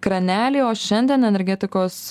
kranelį o šiandien energetikos